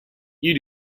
you